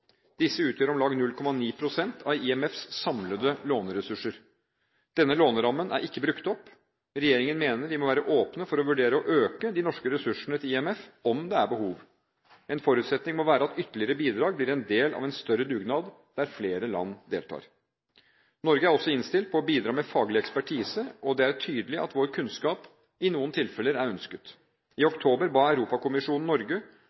Disse utgjør om lag 0,9 pst. av IMFs samlede låneressurser. Denne lånerammen er ikke brukt opp. Regjeringen mener vi må være åpne for å vurdere å øke de norske ressursene til IMF om det er behov. En forutsetning må være at ytterligere bidrag blir en del av en større dugnad der flere land deltar. Norge er også innstilt på å bidra med faglig ekspertise, og det er tydelig at vår kunnskap i noen tilfeller er ønsket. I oktober ba Europakommisjonen Norge